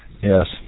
Yes